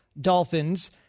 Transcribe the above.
Dolphins